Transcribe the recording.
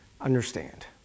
understand